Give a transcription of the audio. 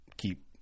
keep